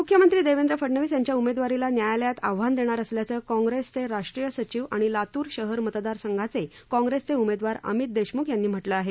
मुख्यमंत्री देवेंद्र फडणवीस यांच्या उमेदवारीला न्यायालयात आव्हान देणार असल्याचं काँग्रेसचे राष्ट्रीय सचिव आणि लातूर शहर मतदार संघाचे काँग्रेसचे उमेदवार अमित देशमुख यांनी म्हटलं आहे